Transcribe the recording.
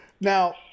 now